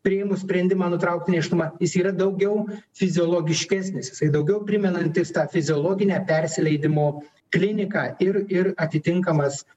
priėmus sprendimą nutraukti nėštumą jis yra daugiau fiziologiškesnis jisai daugiau primenantis tą fiziologinę persileidimo kliniką ir ir atitinkamas